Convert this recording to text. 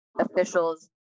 officials